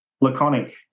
Laconic